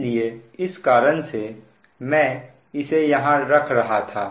इसलिए इस कारण से मैं इसे यहां रख रहा था